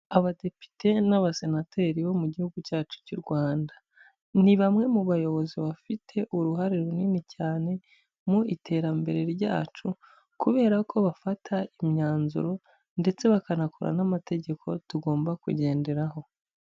Abadepite n'abasenateri bo mu gihugu cyacu cy'u Rwanda, ni bamwe mu bayobozi bafite uruhare runini cyane mu iterambere ryacu kubera ko bafata imyanzuro, ndetse bakanakora n'amategeko tugomba kugenderaho.